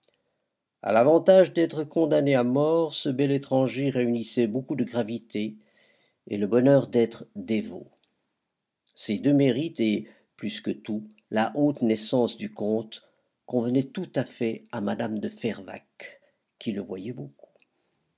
a l'avantage d'être condamné à mort ce bel étranger réunissait beaucoup de gravité et le bonheur d'être dévot ces deux mérites et plus que tout la haute naissance du comte convenaient tout à fait à mme de fervaques qui le voyait beaucoup